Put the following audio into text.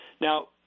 Now